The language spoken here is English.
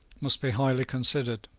must be highly considered.